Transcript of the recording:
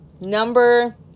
Number